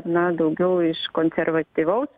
na daugiau iš konservatyvaus